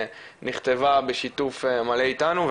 נכתבה בשיתוף מלא אתנו,